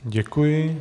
Děkuji.